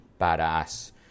badass